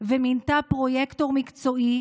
ומינתה פרויקטור מקצועי,